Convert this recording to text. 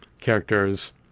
characters